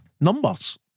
numbers